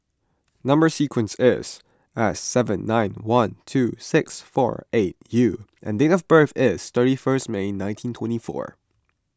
Number Sequence is S seven nine one two six four eight U and date of birth is thirty first May nineteen twenty four